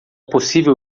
possível